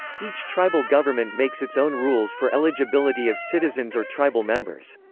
each tribal government makes its own rules for eligibility of citizens or tribal members.